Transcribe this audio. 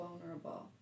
vulnerable